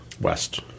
West